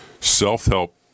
self-help